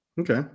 Okay